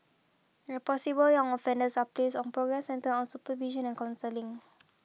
where possible young offenders are placed on programmes centred on supervision and counselling